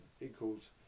equals